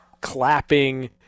clapping